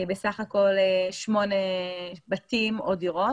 בסך הכל שמונה בתים או דירות.